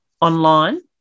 online